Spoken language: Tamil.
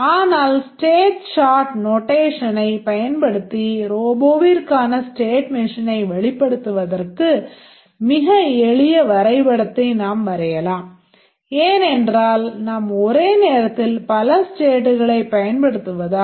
ஆனால் ஸ்டேட் சார்ட் நொட்டேஷனைப் பயன்படுத்தி Robotவிற்கான ஸ்டேட் மெஷினை வெளிப்படுத்துவதற்கு மிக எளிய வரைபடத்தை நாம் வரையலாம் ஏனென்றால் நாம் ஒரே நேரத்தில் பல ஸ்டேட்களைப் பயன்படுத்துவதால்